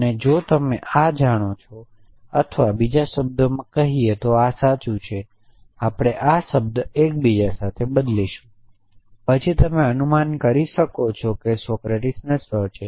અને જો તમે આ જાણો છો અને અથવા બીજા શબ્દોમાં કહીએ તો આ સાચું છે આપણે આ શબ્દ એકબીજા સાથે બદલીશું પછી તમે અનુમાન કરી શકો છો કે સોક્રેટીસ નશ્વર છે